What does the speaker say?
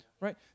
right